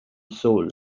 soul